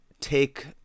take